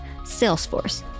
salesforce